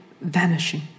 vanishing